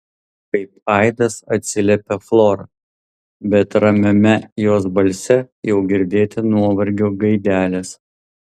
kaip aidas atsiliepia flora bet ramiame jos balse jau girdėti nuovargio gaidelės